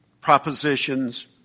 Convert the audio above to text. propositions